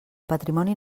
patrimoni